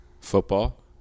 Football